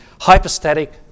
hypostatic